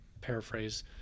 paraphrase